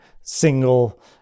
single